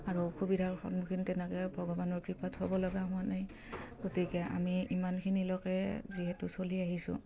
আৰু অসুবিধাৰ সন্মুখীন তেনেকে ভগৱানৰ কৃপাত হ'ব লগা হোৱা নাই গতিকে আমি ইমানখিনিলৈকে যিহেতু চলি আহিছোঁ